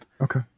Okay